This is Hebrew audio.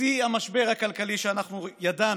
בשיא המשבר הכלכלי שאנחנו ידענו.